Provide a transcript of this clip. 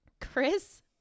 Chris